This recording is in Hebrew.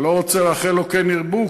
אני לא רוצה לאחל "כן ירבו",